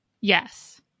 Yes